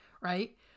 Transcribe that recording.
right